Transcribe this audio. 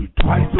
twice